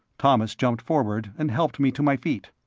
thomas jumped forward and helped me to my feet.